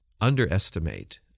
underestimate